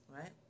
right